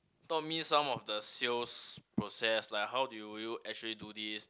told me some of the sales process like how do you actually do this